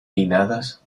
pinnadas